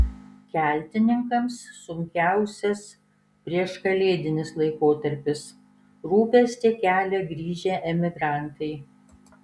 keltininkams sunkiausias prieškalėdinis laikotarpis rūpestį kelia grįžę emigrantai